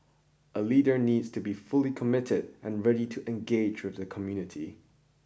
a leader needs to be fully committed and ready to engage with the community